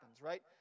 right